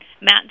Matt